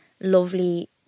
lovely